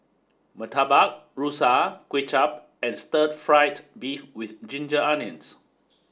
murtabak rusa kuay chap and stir fried beef with ginger onions